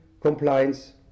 compliance